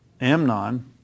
Amnon